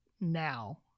now